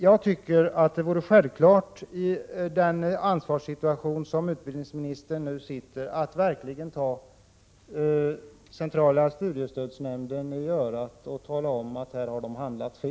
Jag tycker det borde vara självklart för utbildningsministern i den ansvarsposition han har att ta centrala studiestödsnämnden i örat och tala om att den har handlat fel.